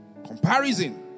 Comparison